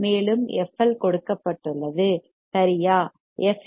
மேலும் fL கொடுக்கப்பட்டுள்ளது சரியா எஃப்